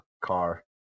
car